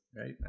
right